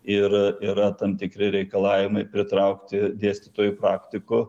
ir yra tam tikri reikalavimai pritraukti dėstytojų praktikų